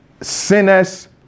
sinners